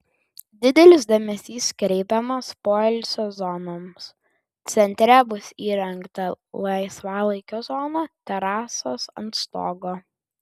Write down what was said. didelis dėmesys kreipiamas poilsio zonoms centre bus įrengta laisvalaikio zona terasos ant stogo